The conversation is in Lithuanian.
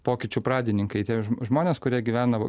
pokyčių pradininkai tie žmonės kurie gyvena